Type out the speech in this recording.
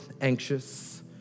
anxious